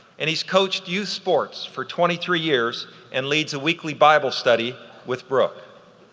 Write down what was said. and he's coached youth sports for twenty three years and leads a weekly bible study with brooke.